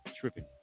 tripping